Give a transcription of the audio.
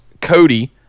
Cody